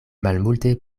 malmulte